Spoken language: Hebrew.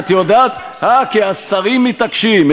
מפני שהשרים, אה, כי השרים מתעקשים.